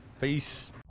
Peace